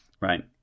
Right